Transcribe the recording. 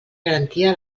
garantia